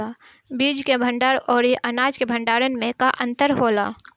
बीज के भंडार औरी अनाज के भंडारन में का अंतर होला?